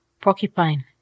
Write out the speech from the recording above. Porcupine